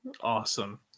Awesome